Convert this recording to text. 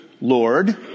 Lord